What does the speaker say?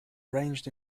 arranged